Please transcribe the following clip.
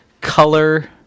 color